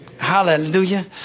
Hallelujah